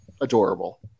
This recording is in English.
Adorable